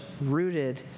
rooted